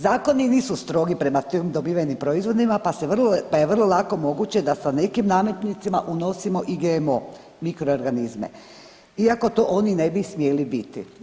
Zakoni nisu strogi prema tim dobivenim proizvodima pa je vrlo lako moguće da sa nekim nametnicima unosimo i GMO mikroorganizme iako to oni ne bi smjeli biti.